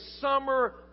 summer